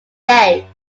day